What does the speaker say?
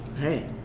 Hey